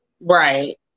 Right